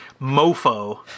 Mofo